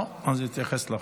לא, אז להתייחס לחוק.